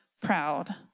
proud